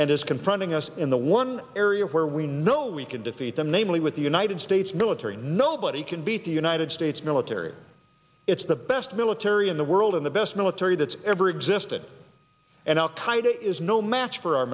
and is confronting us in the one area where we know we can defeat them namely with the united states military nobody can beat the united states military it's the best military in the world and the best military that's ever existed and al qaida is no match for our